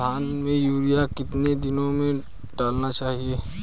धान में यूरिया कितने दिन में डालना चाहिए?